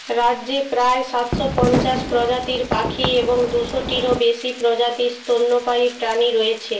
রাজ্যে প্রায় সাতশো পঞ্চাশ প্রজাতির পাখি এবং দুশোটিরও বেশি প্রজাতির স্তন্যপায়ী প্রাণী রয়েছে